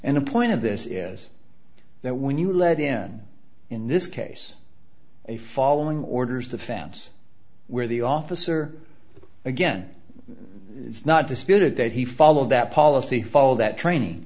and the point of this is that when you lead in in this case a following orders to fans where the officer again it's not disputed that he followed that policy follow that training